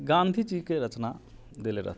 गान्धी जीके रचना देले रहथिन